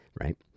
right